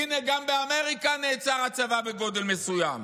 הינה, גם באמריקה נעצר הצבא בגודל מסוים.